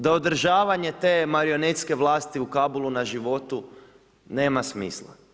Da održavanje te marionetske vlasti u Kabulu na životu nema smisla.